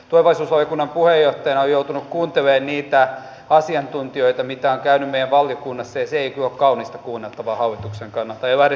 tulevaisuusvaliokunnan puheenjohtajana olen joutunut kuuntelemaan niitä asiantuntijoita joita on käynyt meidän valiokunnassa ja se ei kyllä ole kaunista kuunneltavaa hallituksen kannalta